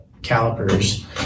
calipers